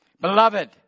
Beloved